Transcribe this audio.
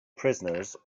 prisoners